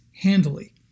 handily